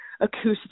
acoustic